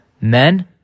men